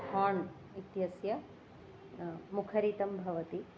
pond इत्यस्य मुखरितं भवति